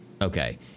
okay